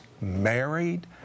married